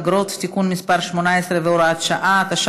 אגרות והוצאות (תיקון מס' 18 והוראת שעה),